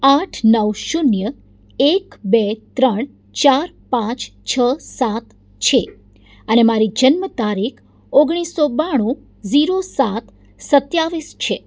આઠ નવ શૂન્ય એક બે ત્રણ ચાર પાંચ છ સાત છે અને મારી જન્મ તારીખ ઓગણીસસો બાણું ઝીરો સાત સત્યાવીસ છે